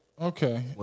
Okay